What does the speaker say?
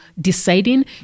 deciding